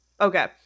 Okay